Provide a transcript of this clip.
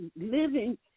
living